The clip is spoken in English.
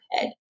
head